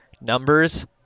numbers